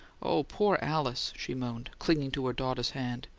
oh, poor alice! she moaned, clinging to her daughter's hand.